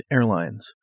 Airlines